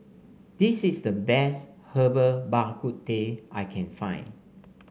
this is the best Herbal Bak Ku Teh I can find